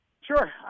Sure